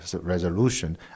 resolution